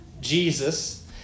Jesus